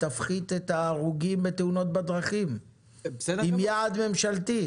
תפחית את ההרוגים בתאונות בדרכים עם יעד ממשלתי.